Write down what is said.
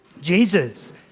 Jesus